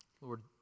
Lord